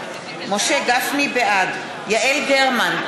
בעד יעל גרמן,